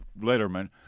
Letterman